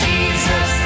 Jesus